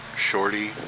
Shorty